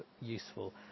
useful